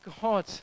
God